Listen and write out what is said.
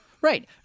right